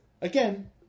again